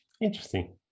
Interesting